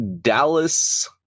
Dallas